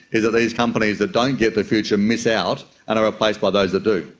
is that these companies that don't get the future miss out and are replaced by those that do.